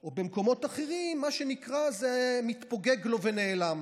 או במקומות אחרים, מה שנקרא, זה מתפוגג לו ונעלם.